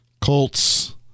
Colts